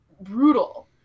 brutal